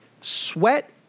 sweat